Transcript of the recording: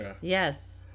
Yes